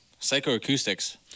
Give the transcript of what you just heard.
psychoacoustics